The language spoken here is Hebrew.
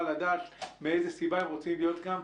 לדעת מאיזו סיבה הם רוצים להיות כאן.